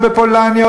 ובפולניה,